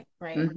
right